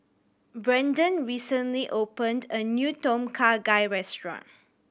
Brandon recently opened a new Tom Kha Gai restaurant